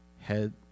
head